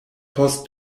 post